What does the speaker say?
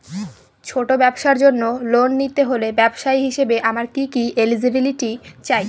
ছোট ব্যবসার জন্য লোন নিতে হলে ব্যবসায়ী হিসেবে আমার কি কি এলিজিবিলিটি চাই?